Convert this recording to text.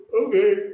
Okay